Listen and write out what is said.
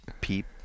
peep